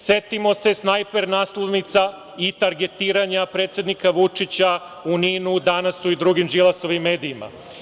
Setimo se snajper naslovnica i targetiranja predsednika Vučića u „NIN-u“, „Danasu“ i drugim Đilasovim medijima.